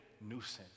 nuisance